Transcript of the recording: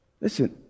listen